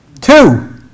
Two